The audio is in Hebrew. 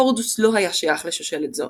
הורדוס לא היה שייך לשושלת זו.